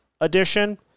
edition